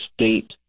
state